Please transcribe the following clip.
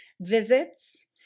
visits